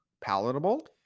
palatable